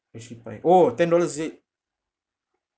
hershey pie oh ten dollars is it